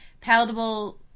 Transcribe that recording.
palatable